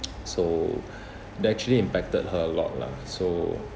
so that actually impacted her a lot lah so